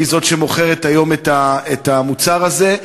היא זאת שמוכרת היום את המוצר הזה.